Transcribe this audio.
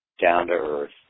down-to-earth